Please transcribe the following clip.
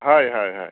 হয় হয় হয়